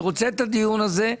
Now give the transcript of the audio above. אני רוצה את הדיון הזה.